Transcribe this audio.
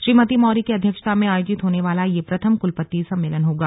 श्रीमती मौर्य की अध्यक्षता में आयोजित होने वाला यह प्रथम कुलपति सम्मेलन होगा